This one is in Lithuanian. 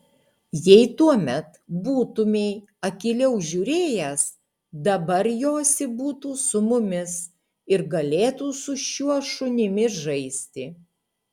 jei tuomet būtumei akyliau žiūrėjęs dabar josi būtų su mumis ir galėtų su šiuo šunimi žaisti